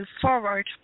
forward